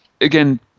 again